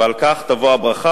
ועל כך תבוא הברכה.